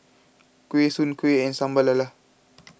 Kuih Soon Kuih and Sambal Lala